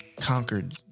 conquered